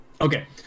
Okay